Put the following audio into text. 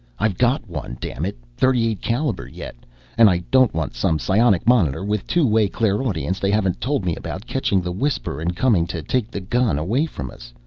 i've got one, dammit thirty-eight caliber, yet and i don't want some psionic monitor with two-way clairaudience they haven't told me about catching the whisper and coming to take the gun away from us.